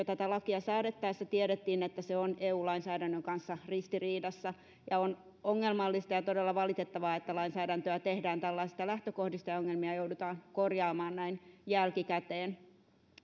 tätä lakia säädettäessä tiedettiin että se on eu lainsäädännön kanssa ristiriidassa ja on ongelmallista ja todella valitettavaa että lainsäädäntöä tehdään tällaisista lähtökohdista ja ongelmia joudutaan korjaamaan näin jälkikäteen